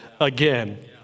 again